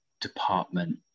department